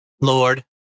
Lord